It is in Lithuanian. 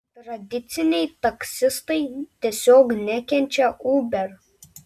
tradiciniai taksistai tiesiog nekenčia uber